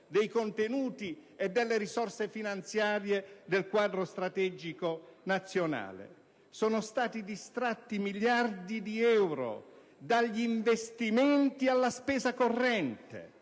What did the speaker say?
dei contenuti e delle risorse finanziarie dello stesso? Sono stati distratti miliardi di euro dagli investimenti alla spesa corrente,